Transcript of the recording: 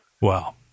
Wow